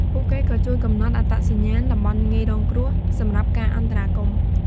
ពួកគេក៏ជួយកំណត់អត្តសញ្ញាណតំបន់ងាយរងគ្រោះ សម្រាប់ការអន្តរាគមន៍។